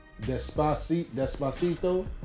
Despacito